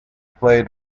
played